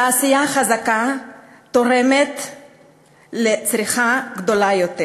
תעשייה חזקה תורמת לצריכה גדולה יותר,